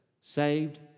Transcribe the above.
Saved